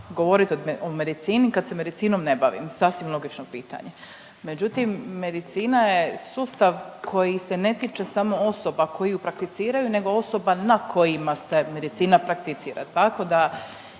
govorit o medicini kad se medicinom ne bavim. Sasvim logično pitanje, međutim medicina je sustav koji se ne tiče samo osoba koji ju prakticiraju nego osoba na kojima se medicina prakticira, tako da